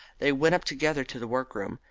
they went up together to the workroom.